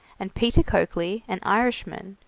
and peter coakley, an irishman,